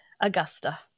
Augusta